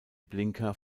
blinker